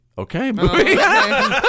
Okay